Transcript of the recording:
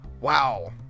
Wow